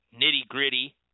nitty-gritty